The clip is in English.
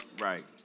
right